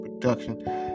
production